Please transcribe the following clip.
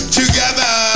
together